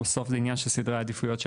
בסוף זה עניין של סדר עדיפויות של